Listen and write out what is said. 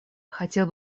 хотел